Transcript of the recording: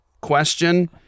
question